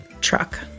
truck